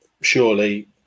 surely